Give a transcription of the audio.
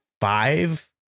five